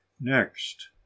next